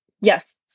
Yes